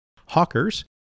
Hawkers